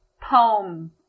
poem